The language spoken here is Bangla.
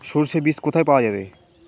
সর্ষে বিজ কোথায় পাওয়া যাবে?